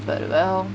but well